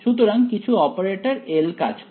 সুতরাং কিছু operator L কাজ করে